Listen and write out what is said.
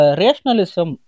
rationalism